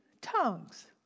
tongues